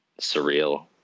surreal